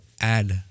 add